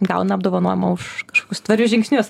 gauna apdovanojimą už kažkokius tvarius žingsnius